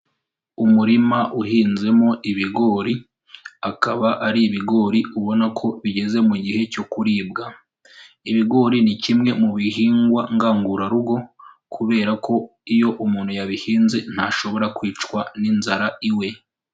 Umurima uhinzemo ibigori, akaba ari ibigori ubona ko bigeze mu gihe cyo kuribwa. Ibigori ni kimwe mu bihingwa ngangurarugo kubera ko iyo umuntu yabihinze ntashobora kwicwa n'inzara iwe.